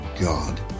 God